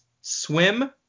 swim